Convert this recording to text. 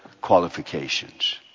qualifications